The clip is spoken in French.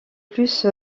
plus